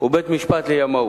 ובית-משפט לימאות.